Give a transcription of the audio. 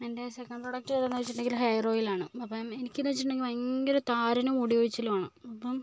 എൻ്റെ second product ഏതെന്ന് ചോദിച്ചിട്ടുണ്ടെങ്കിൽ ഹെയർ ഓയിലാണ് അപ്പോൾ എനിക്കെന്ന് വെച്ചിട്ടുണ്ടെങ്കിൽ ഭയങ്കര താരനും മുടി കൊഴിച്ചിലുമാണ് അപ്പം